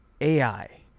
AI